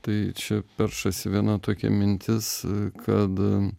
tai čia peršasi viena tokia mintis kad